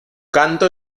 canto